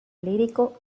lírico